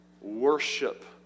worship